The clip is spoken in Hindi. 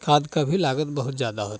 खाद का भी लागत बहुत ज़्यादा होता है